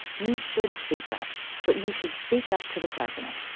you should speak up, but you should speak up to the president.